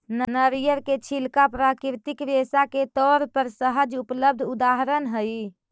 नरियर के छिलका प्राकृतिक रेशा के तौर पर सहज उपलब्ध उदाहरण हई